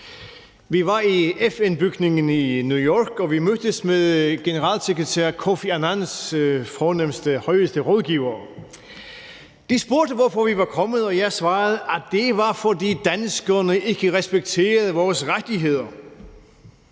Vi var i FN-bygningen i New York, og vi mødtes med generalsekretær Kofi Annans fornemste, øverste rådgivere. De spurgte, hvorfor vi var kommet, og jeg svarede, at det var, fordi danskerne ikke respekterede vores rettigheder.